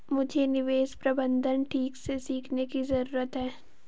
मुझे निवेश प्रबंधन ठीक से सीखने की जरूरत है